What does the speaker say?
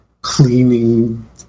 cleaning